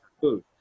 food